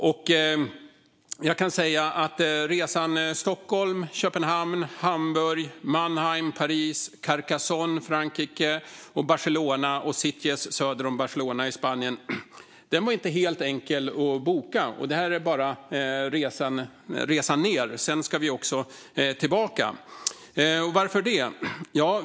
Resan från Stockholm till Köpenhamn, Hamburg, Mannheim, Paris, Carcassonne i Frankrike, Barcelona och Sitges, söder om Barcelona i Spanien, var inte helt enkel att boka, och det här är bara resan ned. Sedan ska vi också tillbaka. Varför?